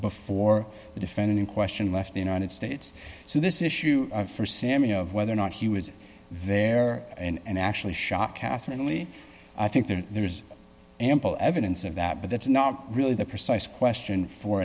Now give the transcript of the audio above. the defendant in question left the united states so this issue for sami of whether or not he was there and actually shot catherine lee i think that there's ample evidence of that but that's not really the precise question for